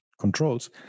controls